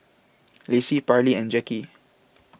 Lacy Parlee and Jackie